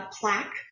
plaque